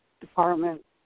department